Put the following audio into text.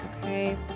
Okay